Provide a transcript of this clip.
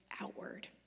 outward